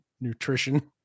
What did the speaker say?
nutrition